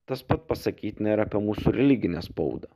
tas pat pasakytina ir apie mūsų religinę spaudą